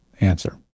answer